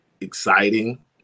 exciting